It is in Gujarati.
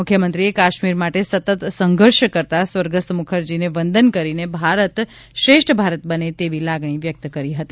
મુખ્યમંત્રીએ કાશ્મીર માટે સતત સંઘર્ષ કરતાં સ્વર્ગસ્થ મુખરજીને વંદન કરીને ભારત શ્રેષ્ઠ ભારત બને તેવી લાગણી વ્યક્ત કરી હતી